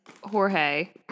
Jorge